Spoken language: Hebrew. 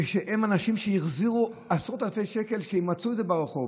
כשהם אנשים שהחזירו עשרות אלפי שקלים כשהם מצאו אותם ברחוב,